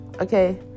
Okay